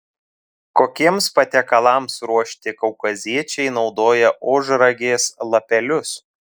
kokiems patiekalams ruošti kaukaziečiai naudoja ožragės lapelius